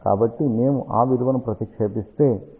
కాబట్టి మేము ఆ విలువను ప్రతిక్షేపిస్తే ఇది 26